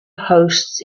hosts